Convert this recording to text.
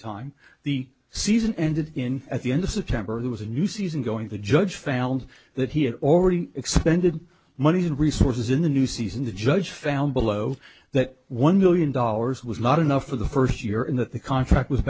time the season ended in at the end of september he was a new season going to judge found that he had already extended money and resources in the new season the judge found below that one million dollars was not enough for the first year in that the contract was